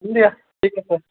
দিয়া ঠিক আছে